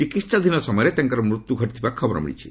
ଚିକିତ୍ସାଧୀନ ସମୟରେ ତାଙ୍କର ମୃତ୍ୟୁ ଘଟିଥିବା ଖବର ମିଳିଛି